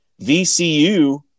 VCU